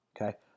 Okay